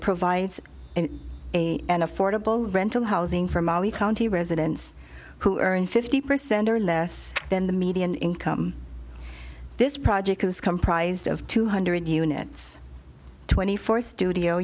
provides an affordable rental housing for molly county residents who earn fifty percent or less than the median income this project is comprised of two hundred units twenty four studio